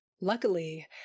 Luckily